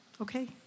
okay